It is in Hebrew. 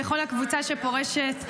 לכל הקבוצה שפורשת,